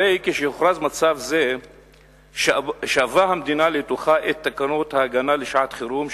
הרי כשהוכרז מצב זה שאבה המדינה לתוכה את תקנות ההגנה לשעת-חירום,